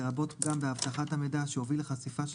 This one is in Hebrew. לרבות פגם באבטחת המידע שהוביל לחשיפה של